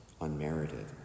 unmerited